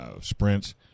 sprints